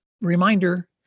reminder